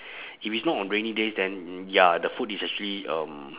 if it's not on rainy days then ya the food is actually um